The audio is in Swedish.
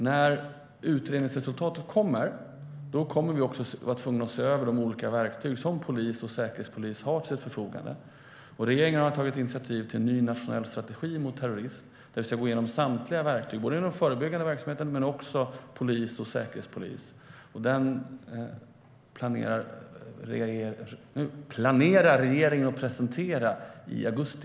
När utredningsresultatet kommer, då kommer vi att vara tvungna att se över de olika verktyg som polis och säkerhetspolis har till sitt förfogande. Regeringen har tagit initiativ till en ny nationell strategi mot terrorism. Vi ska gå igenom samtliga verktyg, både inom den förebyggande verksamheten och inom polis och säkerhetspolis. Den strategin planerar regeringen att presentera i augusti.